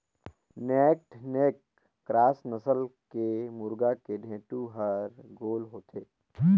naked neck cross नसल के मुरगा के ढेंटू हर गोल होथे